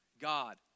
God